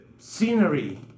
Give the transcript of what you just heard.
scenery